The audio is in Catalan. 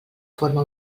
forma